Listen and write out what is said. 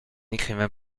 écrivain